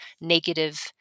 negative